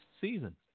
season